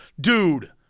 dude